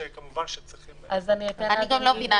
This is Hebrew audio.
שכמובן שצריכים --- אני גם לא מבינה.